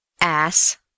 Ass